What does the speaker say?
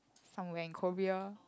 somewhere in Korea